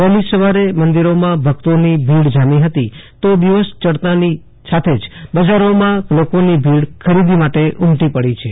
વહેલી સવારે મંદિરોમાં ભક્તોની ભીડ જામી હતી તો દિવસ ચડતા જ બજારોમાં લોકોની ભીડ ખરીદી માટે ઉમટી પડી છે